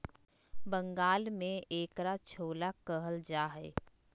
बंगाल में एकरा छोला कहल जाहई